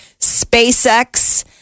SpaceX